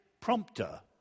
prompter